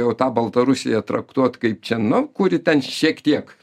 jau tą baltarusiją traktuot kaip čia nu kuri ten šiek tiek